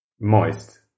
Moist